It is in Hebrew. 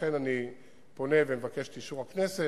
לכן אני פונה ומבקש את אישור הכנסת